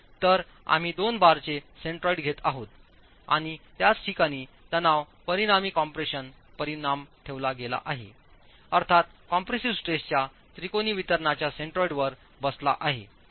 तर आम्ही दोन बारचे सेंट्रोइड घेत आहोत आणि त्याच ठिकाणी तणाव परिणामी कॉम्प्रेशन परिणाम ठेवला गेला आहे अर्थात कॉम्प्रेसिव्ह स्ट्रेसच्या त्रिकोणी वितरणाच्या सेन्ट्रॉइडवर बसला आहे